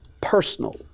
personal